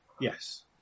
Yes